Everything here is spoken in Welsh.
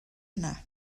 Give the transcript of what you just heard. yna